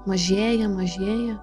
mažėja mažėja